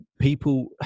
people